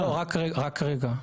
רק רגע.